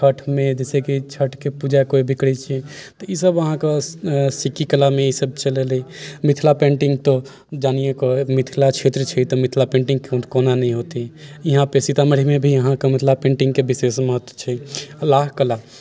छठिमे जैसेकि छठिके पूजा केओ भी करैत छियै तऽ ई सब अहाँकेँ सिक्की कलामे ई सब चलि रहलै मिथिला पेटिङ्ग तऽ जानिये कऽ मिथिला क्षेत्र छै तऽ मिथिला पेंटिङ्ग कोना नहि होतै यहाँ पे सीतामढ़ी मे भी यहाँ पे मिथिला पेंटिङ्गके विशेष महत्व छै आ लाह कला